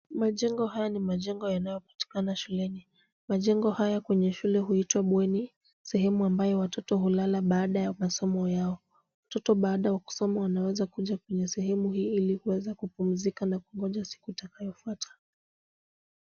Majengo haya ni majengo yanayopatikana shuleni. Majengo haya kwenye shule huitwa bweni sehemu ambayo watoto hulala baada ya masomo yao. Watoto baada ya kusoma wanaweza kuja kwenye sehemu hii ili kuweza kupumzika na kungoja siku itakayofuata.